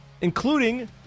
including